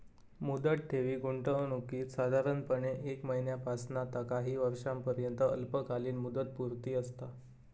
मुदत ठेवी गुंतवणुकीत साधारणपणे एक महिन्यापासना ता काही वर्षांपर्यंत अल्पकालीन मुदतपूर्ती असता